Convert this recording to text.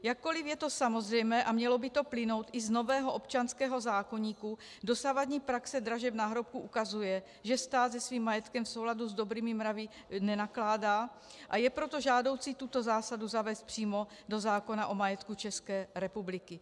Jakkoliv je to samozřejmé a mělo by to plynout i z nového občanského zákoníku, dosavadní praxe dražeb náhrobků ukazuje, že stát se svým majetkem v souladu s dobrými mravy nenakládá, a je proto žádoucí tuto zásadu zavést přímo do zákona o majetku České republiky.